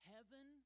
Heaven